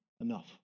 enough